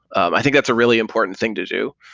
um i think it's a really important thing to do.